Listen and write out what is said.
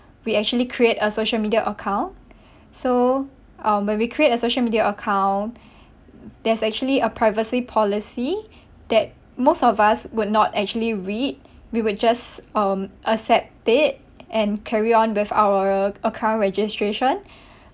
we actually create a social media account so um when we create a social media account there's actually a privacy policy that most of us would not actually read we will just um accept it and carry on with our account registration